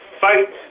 fight